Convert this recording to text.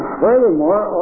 furthermore